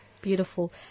Beautiful